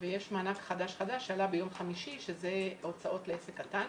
ויש מענק חדש שעלה ביום חמישי שזה הוצאות לעסק קטן.